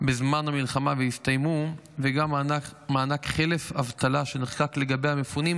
בזמן המלחמה והסתיימו וגם מענק חלף אבטלה שנחקק לגבי המפונים,